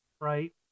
right